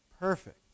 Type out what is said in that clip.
perfect